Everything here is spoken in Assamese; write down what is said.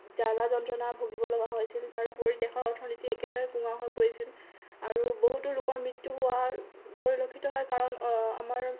জ্বালা যন্ত্ৰণা ভুগিব লগা হৈছিল তাৰোপৰি দেশৰ অৰ্থনীতি একেবাৰে কোঙা হৈ পৰিছিল আৰু বহুতো লোকৰ মৃত্যু হোৱা পৰিলক্ষিত হয় কাৰণ আমাৰ